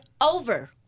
over